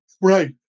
right